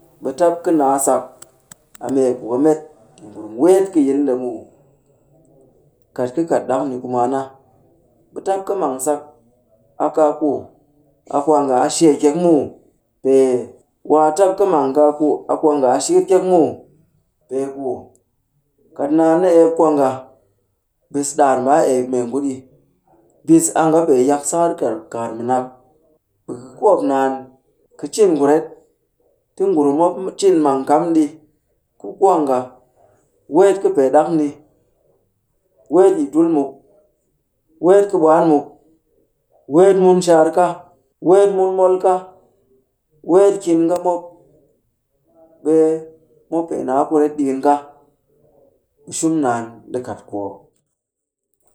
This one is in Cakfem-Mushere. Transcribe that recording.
Ɓe tap ka naa sak, a mee ku ka met nurum weet kɨ yi nde muw. Kat ka ka ɗak ni ku mwaan na, ɓe tap ka mang sak a kaa ku, a kwaanga a shee kyek muw. Pee, waa tap ka mang kaaku a kwaanga a shikit kyek muw. Peeku kat naan ni eep kwaanga, bis daar mbaa eep mengu ɗi. Bis a nga pee yak sar kar-kakar mɨnak. Be ka kwoop naan. Ka cin kuret, ti ngurum mop m-cin mang kam ɗi ku kwaanga. Weet kɨpee ɗak ni. Weet yi tul muk, weet kɨ ɓwaan muk, weet mun shaar ka, weet mun mol ka, weet kin ka mop. Ɓe mop pee naa kuret ɗikin ka. Ɓe sum naan ɗi kat kwoop.